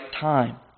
time